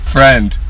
Friend